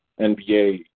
NBA